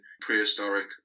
prehistoric